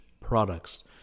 products